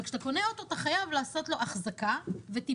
וכשאתה קונה אוטו אתה חייב לעשות לו אחזקה וטיפול,